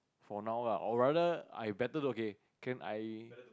for now lah or rather I better okay can I